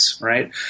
right